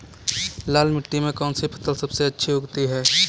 लाल मिट्टी में कौन सी फसल सबसे अच्छी उगती है?